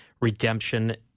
redemption